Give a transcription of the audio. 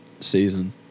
season